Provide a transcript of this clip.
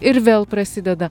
ir vėl prasideda